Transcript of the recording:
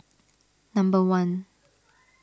number one